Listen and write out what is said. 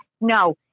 no